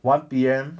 one P_M